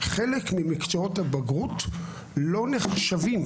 חלק ממקצועות הבגרות לא נחשבים